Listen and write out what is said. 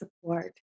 support